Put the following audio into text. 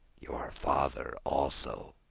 your father also!